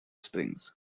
springs